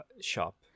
shop